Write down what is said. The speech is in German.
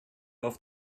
auf